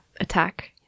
attack